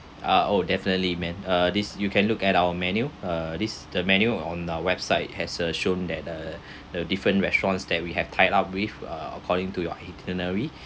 uh oh definitely man uh this you can look at our menu uh this the menu on our website has uh shown that the the different restaurants that we have tied up with uh according to your itinerary